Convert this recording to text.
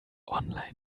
online